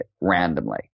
randomly